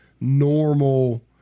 normal